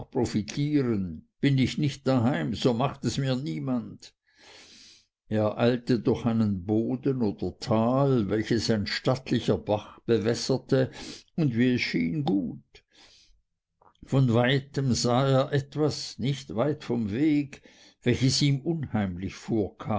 profitieren bin ich nicht daheim so macht es mir niemand er eilte durch einen boden oder tal welches ein stattlicher bach bewässerte und wie es schien gut von weitem sah er etwas nicht weit vom weg welches ihm unheimlich